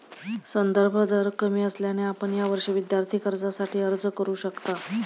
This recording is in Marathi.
संदर्भ दर कमी असल्याने आपण यावर्षी विद्यार्थी कर्जासाठी अर्ज करू शकता